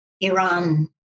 Iran